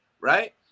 right